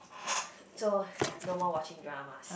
so no more watching dramas